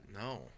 No